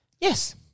Yes